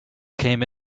came